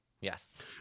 Yes